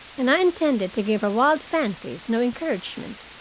and i intended to give her wild fancies no encouragement.